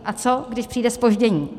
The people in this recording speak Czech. A co když přijde zpoždění?